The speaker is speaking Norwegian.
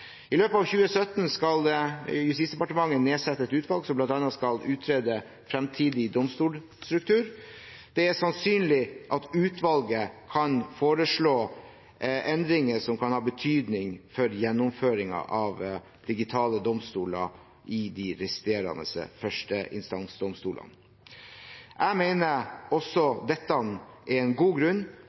I løpet av 2017 skal Justis- og beredskapsdepartementet nedsette et utvalg som bl.a. skal utrede fremtidig domstolstruktur. Det er sannsynlig at utvalget kan foreslå endringer som kan ha betydning for gjennomføringen av digitale domstoler i de resterende førsteinstansdomstolene. Jeg mener også dette er en god grunn